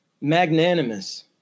magnanimous